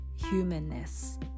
humanness